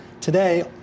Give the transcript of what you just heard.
today